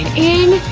in,